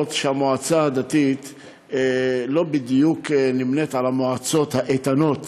שהמועצה הדתית לא בדיוק נמנית עם המועצות האיתנות